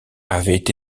avait